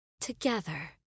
together